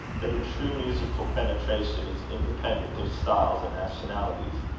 that a true musical penetration is independent of styles and nationalities.